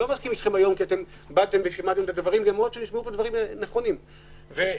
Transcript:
נשמעו פה דברים נכונים,